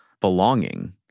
belonging